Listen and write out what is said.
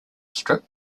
strip